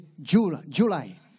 July